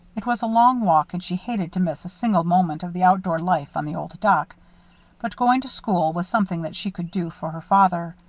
it was a long walk and she hated to miss a single moment of the outdoor life on the old dock but going to school was something that she could do for her father.